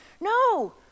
no